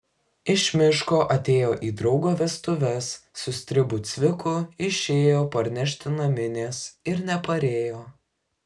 iš miško atėjo į draugo vestuves su stribu cviku išėjo parnešti naminės ir neparėjo